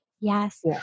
yes